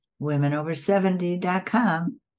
womenover70.com